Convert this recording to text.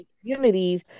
communities